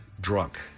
drunk